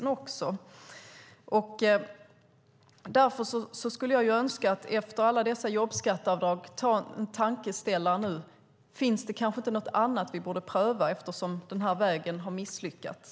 Efter alla dessa jobbskatteavdrag skulle jag önska att man tar en tankeställare: Finns det kanske inte något annat som vi borde pröva eftersom denna väg har misslyckats?